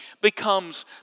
becomes